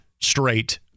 straight